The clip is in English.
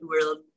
world